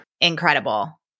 incredible